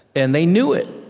and they knew it.